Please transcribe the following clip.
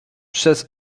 przez